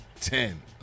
Ten